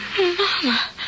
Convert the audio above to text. Mama